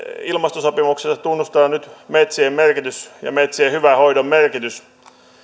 ilmastosopimuksessa tunnustetaan nyt metsien merkitys ja metsien hyvän hoidon merkitys